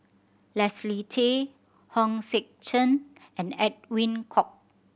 Leslie Tay Hong Sek Chern and Edwin Koek